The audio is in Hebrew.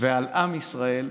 ועל עם ישראל,